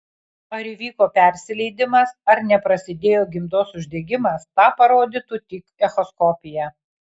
ar įvyko persileidimas ar neprasidėjo gimdos uždegimas tą parodytų tik echoskopija